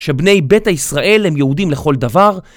שבני בית הישראל הם יהודים לכל דבר